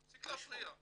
תפסיק להפריע.